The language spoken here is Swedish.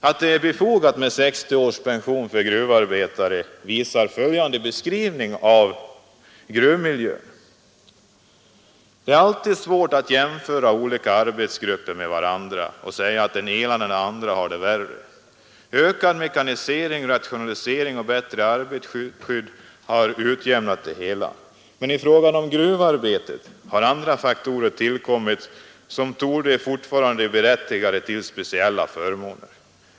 Att det är befogat att låta gruvarbetarna få pension vid 60 år visar följande beskrivning av gruvmiljön. Det är alltid svårt att jämföra olika arbetargrupper med varandra och säga att den ena eller den andra har det värre. Ökad mekanisering, rationalisering och bättre arbetarskydd har utjämnat det hela. Men i fråga om gruvarbetet har andra faktorer tillkommit, som fortfarande torde berättiga gruvarbetarna till speciella förmåner.